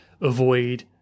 avoid